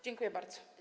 Dziękuję bardzo.